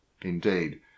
Indeed